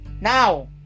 Now